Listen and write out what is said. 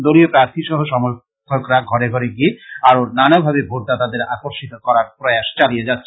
দলীয় প্রার্থী সহ সমর্থকরা ঘরে ঘরে গিয়ে আরো নানাভাবে ভোটদাতাদের আকর্ষিত করার প্রয়াস চালিয়ে যাচ্ছেন